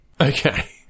Okay